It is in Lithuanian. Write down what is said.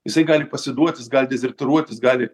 jisai gali pasiduot jis gali dezirtiruot jis gali